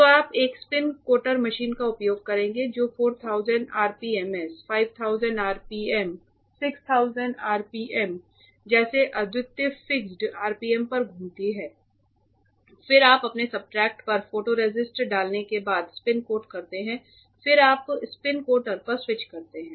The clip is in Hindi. तो आप एक स्पिन कोटर मशीन का उपयोग करेंगे जो 4000 RPMs 5000 RPM 6000 RPM जैसे अद्वितीय फिक्स्ड RPM पर घूमती है और फिर आप अपने सब्सट्रेट पर फोटोरेसिस्ट डालने के बाद स्पिन कोट करते हैं और फिर आप स्पिन कोटर पर स्विच करते हैं